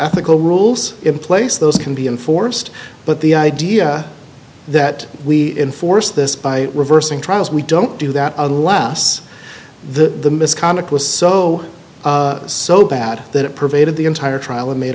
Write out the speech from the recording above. ethical rules in place those can be enforced but the idea that we enforce this by reversing trials we don't do that unless the misconduct was so so bad that it pervaded the entire trial and made